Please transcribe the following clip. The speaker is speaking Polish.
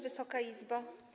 Wysoka Izbo!